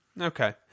Okay